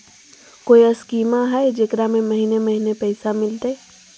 कोइ स्कीमा हय, जेकरा में महीने महीने पैसा मिलते?